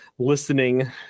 listening